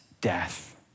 death